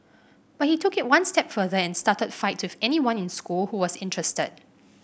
but he took it one step further and started fights with anyone in school who was interested